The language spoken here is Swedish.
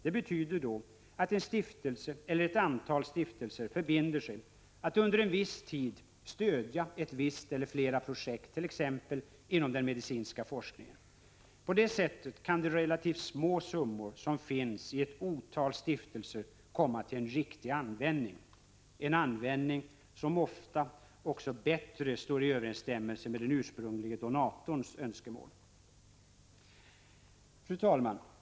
Det betyder att en stiftelse eller ett antal stiftelser förbinder sig att under en viss tid stödja ett eller flera projekt inom t.ex. den medicinska forskningen. På detta sätt kan alla de relativt små summor som finns i ett otal stiftelser komma till en riktig användning, en användning som ofta också bättre står i överensstämmelse med den ursprunglige donatorns önskemål. Fru talman!